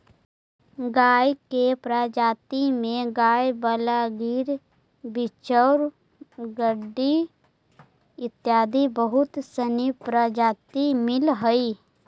गाय के प्रजाति में गयवाल, गिर, बिच्चौर, डांगी आदि बहुत सनी प्रजाति मिलऽ हइ